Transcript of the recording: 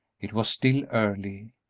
it was still early,